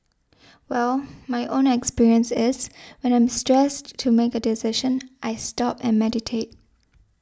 well my own experience is when I'm stressed to make a decision I stop and meditate